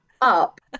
up